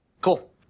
Cool